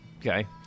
okay